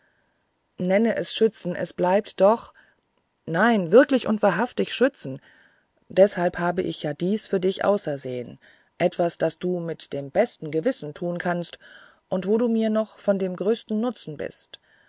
nenne es schützen es bleibt doch nein wirklich und wahrhaftig schützen deshalb habe ich ja dies für dich ausersehen etwas das du mit dem besten gewissen tun kannst und wo du mir noch von dem größten nutzen bist